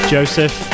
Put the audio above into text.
Joseph